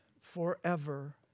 forever